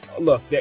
look